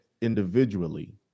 individually